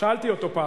שאלתי אותו פעם.